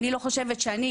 אני לא חושבת שאני,